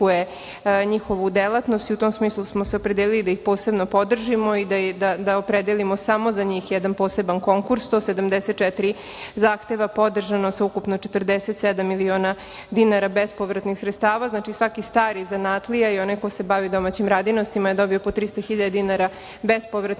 njihovu delatnost i u tom smislu smo se opredelili da ih posebno podržimo i da opredelimo samo za njih jedan poseban konkurs. Dakle, 174 zahteva podržano sa ukupno 47 miliona dinara bespovratnih sredstava. Znači, svaki stari zanatlija ili onaj ko se bavi domaćim radinostima je dobio po 300 hiljada dinara bespovratnih sredstava